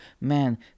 man